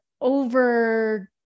over